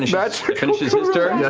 that finishes his turn. yeah